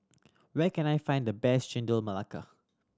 where can I find the best Chendol Melaka